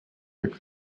chacun